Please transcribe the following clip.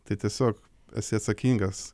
tai tiesiog esi atsakingas